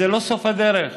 זה לא סוף הדרך.